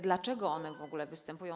Dlaczego one w ogóle występują?